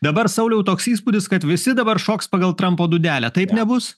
dabar sauliau toks įspūdis kad visi dabar šoks pagal trampo dūdelę taip nebus